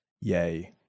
Yay